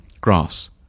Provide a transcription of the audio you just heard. grass